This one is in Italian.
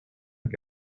che